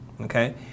okay